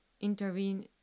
intervene